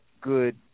good